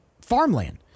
farmland